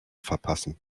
verpassen